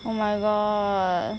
oh my god